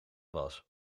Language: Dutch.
was